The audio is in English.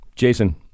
Jason